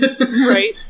Right